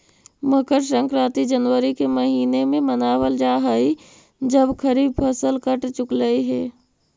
मकर संक्रांति जनवरी के महीने में मनावल जा हई जब खरीफ फसल कट चुकलई हे